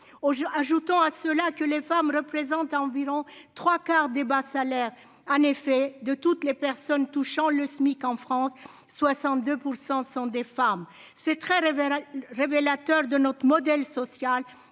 ajoutons à cela que les femmes représentent environ 3 quarts des bas salaires, en effet, de toutes les personnes touchant le SMIC en France 62 % sont des femmes, c'est très révélateur révélateur de notre modèle social